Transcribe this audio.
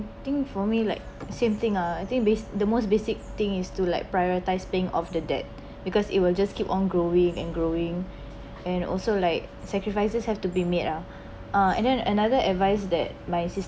I think for me like same thing ah I think bas~ the most basic thing is to like prioritize thing of the debt because it will just keep on growing and growing and also like sacrifices have to be made ah ah and then another advice that my sister